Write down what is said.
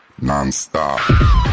non-stop